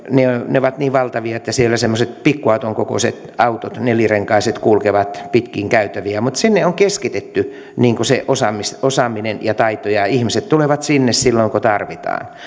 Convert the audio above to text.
ne ovat niin valtavia että siellä semmoiset pikkuauton kokoiset autot nelirenkaiset kulkevat pitkin käytäviä mutta sinne on keskitetty se osaaminen osaaminen ja taito ja ja ihmiset tulevat sinne silloin kun tarvitaan